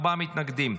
ארבעה מתנגדים.